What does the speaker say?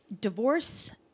divorce